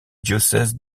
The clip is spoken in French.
diocèse